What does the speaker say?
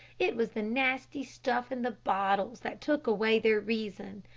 it was the nasty stuff in the bottles that took away their reason.